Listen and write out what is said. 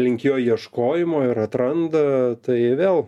link jo ieškojimo ir atranda tai vėl